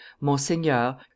monseigneur